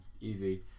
easy